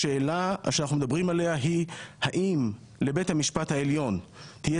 השאלה עליה אנחנו מדברים היא האם לבית המשפט העליון תהיה